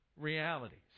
realities